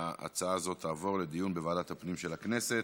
ההצעה הזאת תעבור לדיון בוועדת הפנים של הכנסת.